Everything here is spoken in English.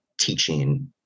teaching